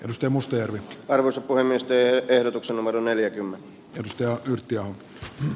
tutkimustyön tarve voi myös tehdä ehdotuksen numero neljäkymmentä edustajaa yhtiölle